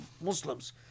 Muslims